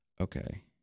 Okay